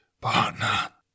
partner